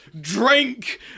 drink